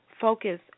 focus